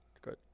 Good